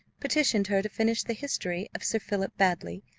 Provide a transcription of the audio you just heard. petitioned her to finish the history of sir philip baddely,